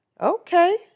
Okay